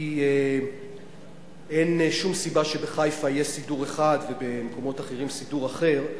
כי אין שום סיבה שבחיפה יהיה סידור אחד ובמקומות אחרים סידור אחר,